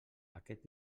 aquest